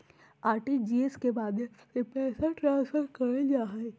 RTGS के माध्यम से पैसा ट्रांसफर करल जा हय